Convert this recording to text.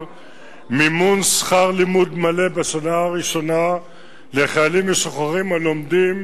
מימון שכר לימוד מלא בשנה הראשונה לחיילים משוחררים הלומדים